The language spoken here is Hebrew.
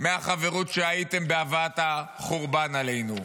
מהחברות בהבאת החורבן עלינו,